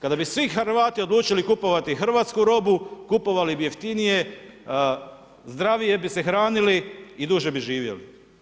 Kada bi svi Hrvati odlučili kupovati hrvatsku robu, kupovali bi jeftinije, zdravije bi se hranili i duže bi živjeli.